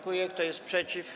Kto jest przeciw?